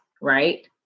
right